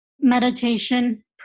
meditation